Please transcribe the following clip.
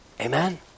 Amen